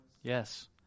Yes